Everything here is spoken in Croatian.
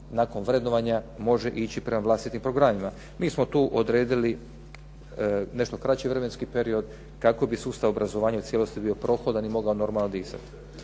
nakon vrednovanja može ići prema vlastitim programima. Mi smo tu odredili nešto kraći vremenski period kako bi sustav obrazovanja u cijelosti bio prohodan i mogao normalno disati.